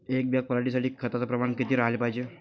एक बॅग पराटी साठी खताचं प्रमान किती राहाले पायजे?